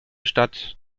stadt